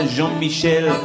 Jean-Michel